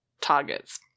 targets